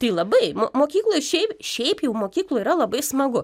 tai labai mo mokykloj šiaip šiaip jau mokykloj yra labai smagu